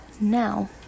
now